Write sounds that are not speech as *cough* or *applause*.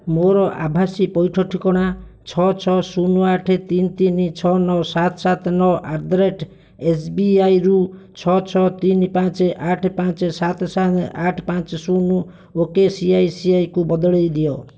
ମୋର ଆଭାସୀ ପୈଠ ଠିକଣା ଛଅ ଛଅ ଶୂନ ଆଠ ତିନି ତିନି ଛଅ ନଅ ସାତ ସାତ ନଅ ଆଟ୍ ଦ ରେଟ୍ ଏସ୍ବିଆଇରୁ ଛଅ ଛଅ ତିନି ପାଞ୍ଚ ଆଠ ପାଞ୍ଚ ସାତ ସାତ *unintelligible* ଆଠ ପାଞ୍ଚ ଶୂନ ଓକେଆଇସିଆଇସିଆଇକୁ ବଦଳେଇ ଦିଅ